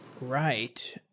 Right